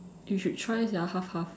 you should try sia half half